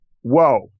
whoa